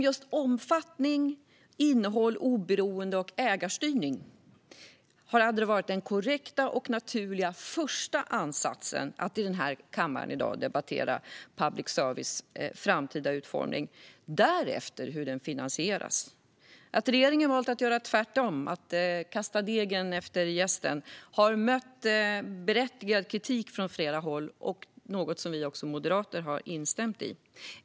Just omfattning, innehåll, oberoende och ägarstyrning hade också varit den korrekta och naturliga första ansatsen för att i kammaren i dag debattera public services framtida utformning. Därefter skulle man kunna debattera hur det ska finansieras. Regeringen har valt att göra tvärtom, att kasta in jästen efter degen. Det har mött berättigad kritik från flera håll, vilket också vi moderater har instämt i.